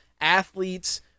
athletes